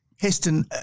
Heston